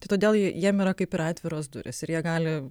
tai todėl jiem yra kaip ir atviros durys ir jie gali